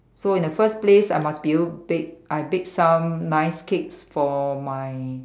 so in the first place I must be able to bake I bake some nice cakes for my